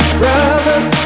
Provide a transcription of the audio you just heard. brothers